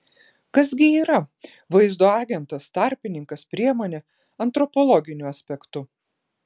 kas gi yra vaizdo agentas tarpininkas priemonė antropologiniu aspektu